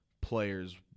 players